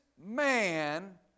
man